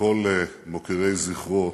וכל מוקירי זכרו,